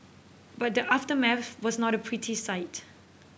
but the aftermath was not a pretty sight